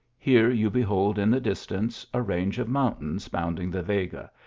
here you behold in the distance a range of mountains bounding the vega,